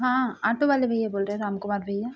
हाँ आटो वाले भईया बोल रहे राम कुमार भईया